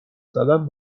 زدن